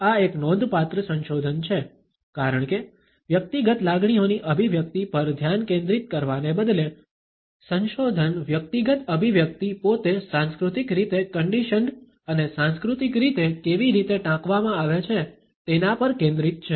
આ એક નોંધપાત્ર સંશોધન છે કારણ કે વ્યક્તિગત લાગણીઓની અભિવ્યક્તિ પર ધ્યાન કેન્દ્રિત કરવાને બદલે સંશોધન વ્યક્તિગત અભિવ્યક્તિ પોતે સાંસ્કૃતિક રીતે કન્ડિશન્ડ અને સાંસ્કૃતિક રીતે કેવી રીતે ટાંકવામાં આવે છે તેના પર કેન્દ્રિત છે